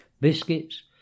Biscuits